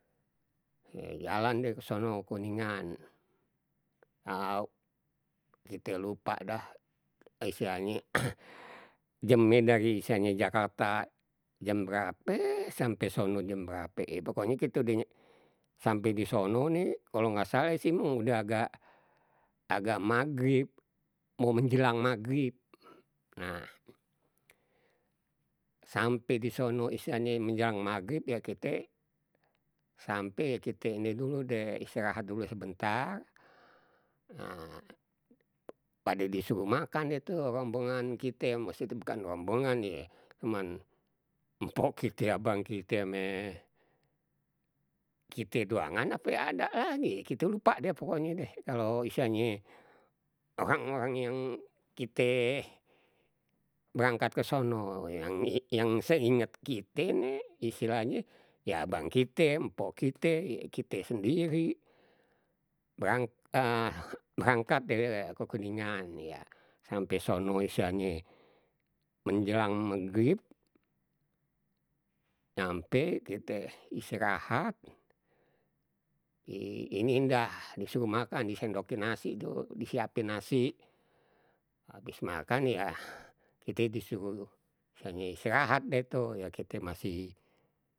Jalan deh ke sono kuningan, au kite lupa dah istilahye jamnye dari istilahnye jakarta jam berape sampai sono jam berape. Pokoknya kita udeh sampai di sono nih, kalau nggak salah isi mang udah agak agak magrib, mau menjelang magrib. Nah sampai di sono istilahnye menjelang magrib ya kite, sampai kite ini dulu deh, istirahat dulu sebentar, nah pade disuruh makan deh tu rombongan kite, maksudnya bukan rombongan ye, cuma mpok kite, abang kite, ame kite doangan ape ada lagi, kita lupa deh pokoknya deh. Kalau istilahnye orang- orang yang kite berangkat ke sono, yang yang seingat kita nih, istilahnye ya abang kite, mpok kite, ya kite sendiri berang berangkat dari ke kuningan ya. Sampai sono istilahnye menjelang magrib, nyampe kita istirahat, ini indah, disuruh makan, disendokin nasi dulu, disiapin nasi, habis makan yah kite disuruh istilahnye istirahat deh tuh, ya kita masih.